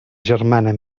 germana